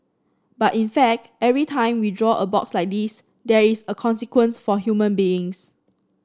but in fact every time we draw a box like this there is a consequence for human beings